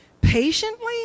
Patiently